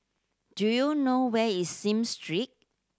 do you know where is Smith Street